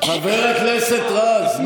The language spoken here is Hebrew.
חבר הכנסת רז.